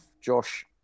Josh